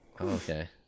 Okay